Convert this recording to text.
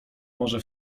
może